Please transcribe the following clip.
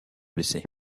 blessés